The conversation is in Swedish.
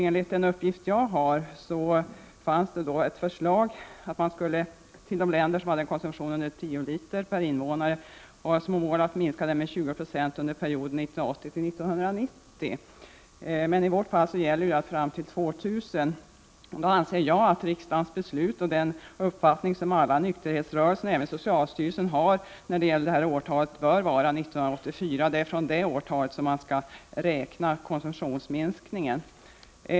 Enligt uppgift som jag har fått så fanns det ett förslag att de länder som hade en alkoholkonsumtion av 10 liter per invånare och år skulle ha som mål att minska konsumtionen med 20 96 under perioden 1980-1990. I vårt fall gäller tidsperioden fram till år 2000. Jag anser att riksdagens beslut innebär — och den uppfattningen delas av nykterhetsrörelsen och socialstyrelsen — att det år från vilket man skall räkna konsumtionsminskningen bör vara 1984.